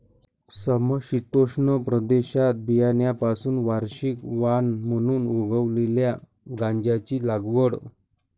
समशीतोष्ण प्रदेशात बियाण्यांपासून वार्षिक वाण म्हणून उगवलेल्या गांजाची लागवड